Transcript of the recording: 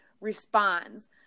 responds